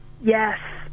Yes